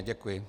Děkuji.